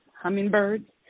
hummingbirds